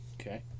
Okay